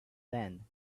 then